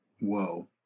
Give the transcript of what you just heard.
Whoa